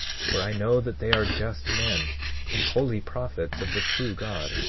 for i know that they are just men and holy prophets of the true god.